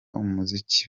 umuziki